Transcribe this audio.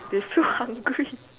they still hungry